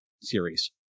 series